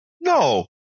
No